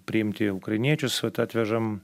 priimti ukrainiečius vat atvežam